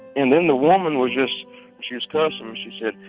and then the woman was just she was cussing me. she said,